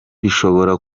bishobora